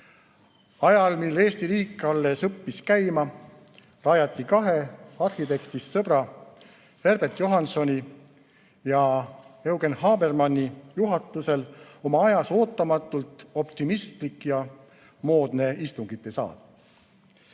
Ajal, mil Eesti riik alles õppis käima, rajati kahe arhitektist sõbra, Herbert Johansoni ja Eugen Habermanni juhatusel oma ajas ootamatult optimistlik ja moodne istungitesaal.